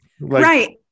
right